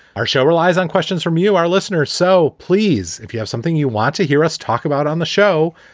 our show relies on questions from you, our listeners. so please, if you have something you want to hear us talk about on the show,